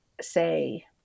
say